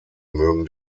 mögen